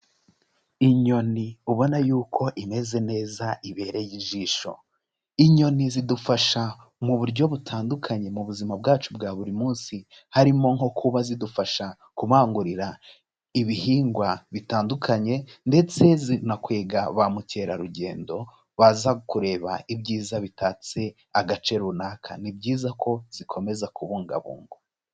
Inyoni ubona y'uko imeze neza ibereye ijisho, inyoni zidufasha mu buryo butandukanye mu buzima bwacu bwa buri munsi, harimo nko kuba zidufasha kubangurira ibihingwa bitandukanye ndetse zinakwega ba mukerarugendo baza kureba ibyiza bitatse agace runaka, ni byiza ko zikomeza kubungwabugwa.